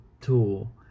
tool